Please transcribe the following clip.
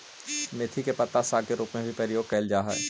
मेथी के पत्ता साग के रूप में भी प्रयोग कैल जा हइ